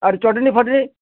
ଆର୍ chutney ଫଟ୍ନି